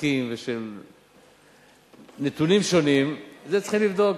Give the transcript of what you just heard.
עסקים ושל נתונים שונים, את זה צריכים לבדוק.